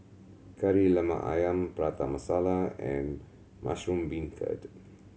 Kari Lemak Ayam Prata Masala and mushroom beancurd